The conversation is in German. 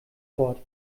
fort